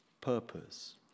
purpose